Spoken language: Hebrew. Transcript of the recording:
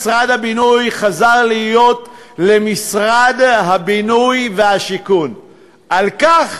משרד הבינוי חזר להיות משרד הבינוי והשיכון על כך,